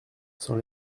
sans